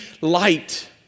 light